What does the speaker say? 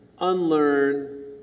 unlearn